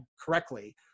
correctly